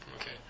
Okay